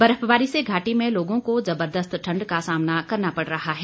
बर्फबारी से घाटी में लोगों को जबरदस्त ठंड का सामना करना पड़ रहा है